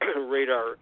radar